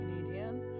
Canadian